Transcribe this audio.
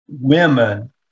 women